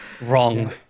wrong